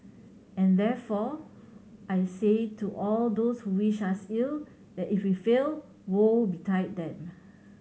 and therefore I say to all those who wish us ill that if we fail woe betide them